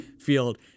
Field